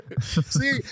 see